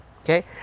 okay